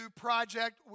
project